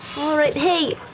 all right, hey,